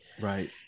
Right